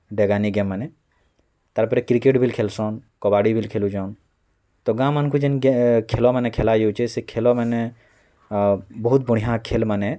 ଡେଗାନି ଗେମ୍ମାନେ ତାର୍ ପରେ କ୍ରିକେଟ୍ ବିଲ୍ ଖେଲସନ୍ କବାଡ଼ି ବିଲ୍ ଖେଲୁଛନ୍ ତ ଗାଁମାନ୍କୁ ଯେନ୍ ଖେଲ୍ମାନେ ଖେଲା ଯାଉଛେ ସେ ଖେଲ୍ମାନେ ଅ ବହୁତ ବଢ଼ିଆ ଖେଲ୍ମାନେ